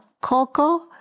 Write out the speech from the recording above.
cocoa